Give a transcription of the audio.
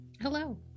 Hello